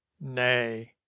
nay